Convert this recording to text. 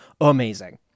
amazing